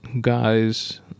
guys